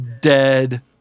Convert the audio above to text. dead